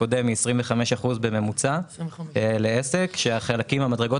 הקודם היא 25 אחוזים בממוצע לעסק כשהחלקים במדרגות